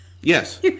Yes